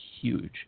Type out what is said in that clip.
huge